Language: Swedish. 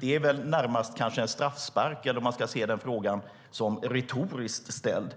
Det är väl närmast en straffspark. Eller ska man se den frågan som retorisk?